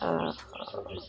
ଆଉ